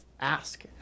ask